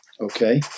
okay